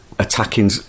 Attacking